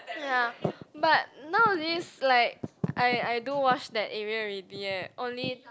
ya but nowadays like I I don't wash that area already eh only